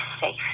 safe